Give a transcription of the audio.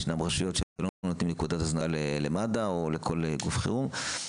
שיש רשויות שלא נותנות נקודת הזנקה למד"א או לכל גוף חירום.